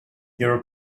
your